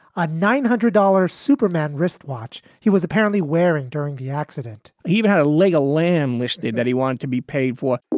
a nine hundred dollar superman wristwatch he was apparently wearing during the accident he but had a leg of lamb listed that he wanted to be paid for